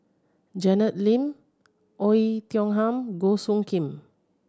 Janet Lim Oei Tiong Ham Goh Soo Khim